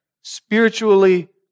spiritually